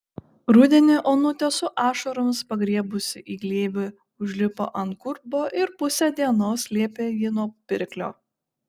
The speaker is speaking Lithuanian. rudenį onutė su ašaromis pagriebusi į glėbį užlipo ant gurbo ir pusę dienos slėpė jį nuo pirklio